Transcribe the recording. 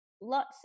Lots